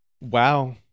Wow